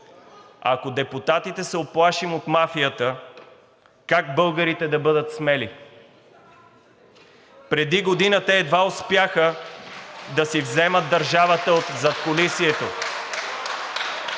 Ако депутатите се уплашим от мафията, как българите да бъдат смели? Преди година те едва успяха да си вземат държавата от задкулисието